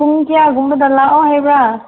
ꯄꯨꯡ ꯀꯌꯥꯒꯨꯝꯕꯗ ꯂꯥꯛꯑꯣ ꯍꯥꯏꯕ꯭ꯔꯥ